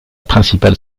principale